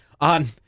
on